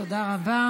תודה רבה